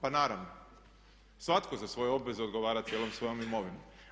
Pa naravno svatko za svoje obveze odgovara cijelom svojom imovinom.